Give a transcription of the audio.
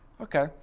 okay